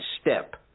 step